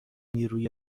نیروی